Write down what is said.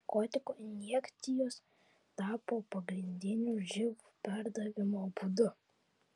narkotikų injekcijos tapo pagrindiniu živ perdavimo būdu